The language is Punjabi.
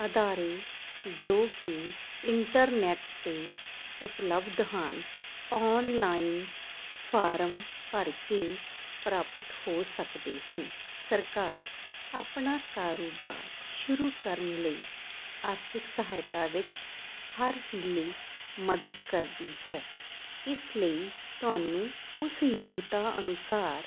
ਅਦਾਰੇ ਜੋ ਕਿ ਇੰਟਰਨੈਟ 'ਤੇ ਉਪਲਬਧ ਹਨ ਆਨਲਾਈਨ ਫਾਰਮ ਭਰ ਕੇ ਪ੍ਰਾਪਤ ਹੋ ਸਕਦੇ ਹਨ ਸਰਕਾਰ ਆਪਣਾ ਕਾਰੋਬਾਰ ਸ਼ੁਰੂ ਕਰਨ ਲਈ ਆਰਥਿਕ ਸਹਾਇਤਾ ਵਿੱਚ ਹਰ ਹੀਲੇ ਮਦਦ ਕਰਦੀ ਹੈ ਇਸ ਲਈ ਤੁਹਾਨੂੰ ਉਸ ਯੋਗਤਾ ਅਨੁਸਾਰ